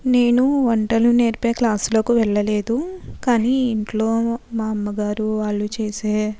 నేను వంటలు నేర్పే క్లాసులకు వెళ్ళలేదు కానీ ఇంట్లో మా అమ్మగారు వాళ్ళు చేసే